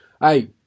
Hey